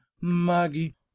maggie